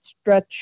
stretch